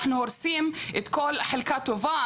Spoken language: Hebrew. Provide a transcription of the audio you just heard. אנחנו הורסים כל חלקה טובה,